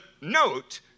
note